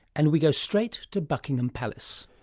and we go straight to buckingham palace.